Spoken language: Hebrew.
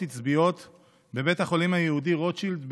עצביות בבית החולים היהודי רוטשילד בברלין.